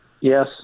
Yes